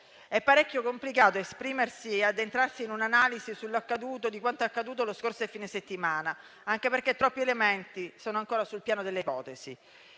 È molto complicato esprimersi e addentrarsi in un'analisi di quanto accaduto lo scorso fine settimana, anche perché troppi elementi sono ancora sul piano delle ipotesi;